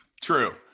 True